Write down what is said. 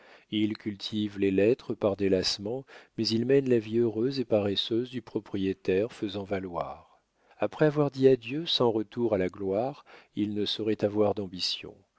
il cultive les lettres par délassement mais il mène la vie heureuse et paresseuse du propriétaire faisant valoir après avoir dit adieu sans retour à la gloire il ne saurait avoir d'ambition